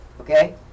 Okay